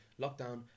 lockdown